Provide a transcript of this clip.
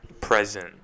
present